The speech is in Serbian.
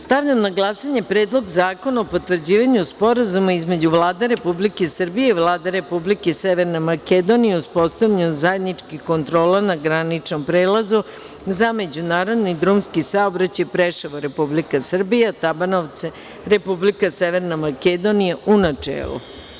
Stavljam na glasanje Predlog zakona o potvrđivanju Sporazuma između Vlade Republike Srbije i Vlade Republike Severne Makedonije o uspostavljanju zajedničkih kontrola na graničnom prelazu za međunarodni drumski saobraćaj Preševo (Republika Srbija) – Tabanovce (Republika Severna Makedonija), u načelu.